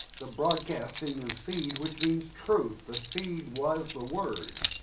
the broadcasting of seed, which means truth, the seed was the word.